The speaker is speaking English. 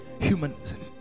Humanism